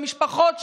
למשפחות שלהם,